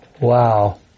Wow